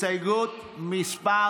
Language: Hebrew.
הסתייגות מס'